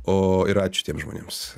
o ir ačiū tiems žmonėms